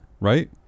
right